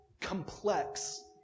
complex